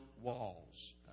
walls